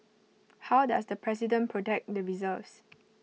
how does the president protect the reserves